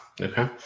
Okay